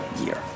year